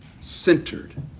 centered